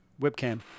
webcam